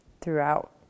throughout